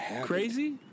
crazy